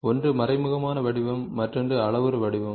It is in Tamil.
ஒன்று மறைமுகமான வடிவம் மற்றொன்று அளவுரு வடிவம்